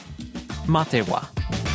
Matewa